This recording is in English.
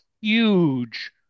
huge